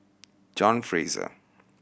John Fraser